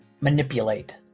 manipulate